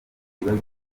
ibibazo